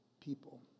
people